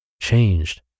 changed